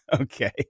Okay